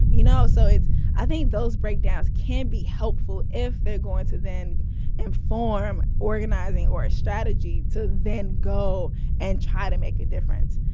you know. so it's i think those breakdowns can be helpful if they're going to then inform organizing or a strategy to then go and try to make a difference.